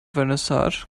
vernissage